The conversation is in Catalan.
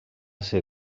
ser